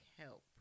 help